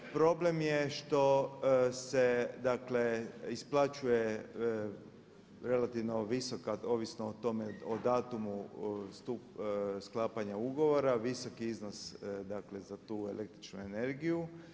Problem je što se dakle isplaćuje relativno visoka, ovisno o tome, o datumu sklapanja ugovora, visoki iznos dakle za tu električnu energiju.